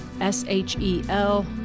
S-H-E-L